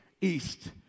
East